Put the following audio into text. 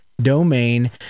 domain